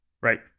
Right